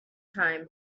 time